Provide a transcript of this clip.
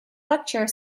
lecture